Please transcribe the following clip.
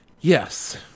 Yes